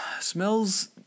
Smells